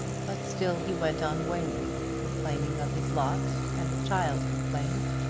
but still he went on wailing, complaining of his lot as a child complains,